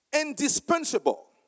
indispensable